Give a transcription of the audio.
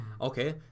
Okay